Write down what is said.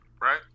Right